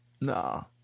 No